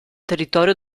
territorio